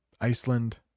iceland